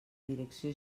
direcció